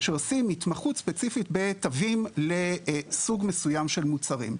שעושים התמחות ספציפית בתווים לסוג מסוים של מוצרים.